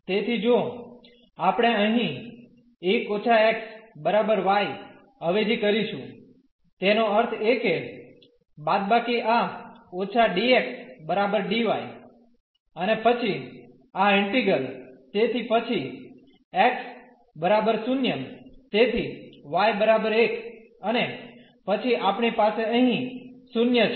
તેથી જો આપણે અહીં 1 − x y અવેજી કરીશું તેનો અર્થ એ કે બાદબાકી આ −dx dy અને પછી આ ઈન્ટિગ્રલ તેથી પછી x 0 તેથી y 1 અને પછી આપણી પાસે અહીં 0 છે